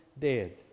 dead